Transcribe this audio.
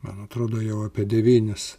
man atrodo jau apie devynis